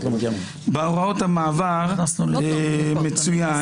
בהוראות המעבר מצוין